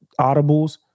audibles